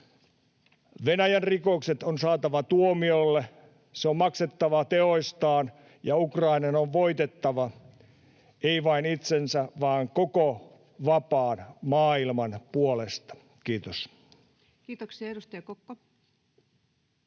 Venäjän rikokset on saatava tuomiolle. Sen on maksettava teoistaan, ja Ukrainan on voitettava, ei vain itsensä vaan koko vapaan maailman puolesta. — Kiitos. [Speech 169]